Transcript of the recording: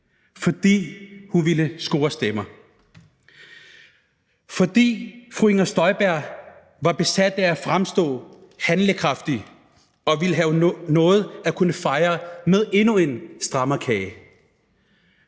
fordi hun ville score stemmer; fordi fru Inger Støjberg var besat af at fremstå handlekraftig og ville have noget at kunne fejre med endnu en strammerkage.